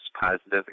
positive